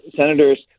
senators